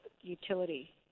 utility